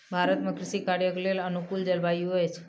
भारत में कृषि कार्यक लेल अनुकूल जलवायु अछि